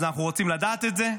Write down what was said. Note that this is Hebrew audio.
אנחנו רוצים לדעת את זה.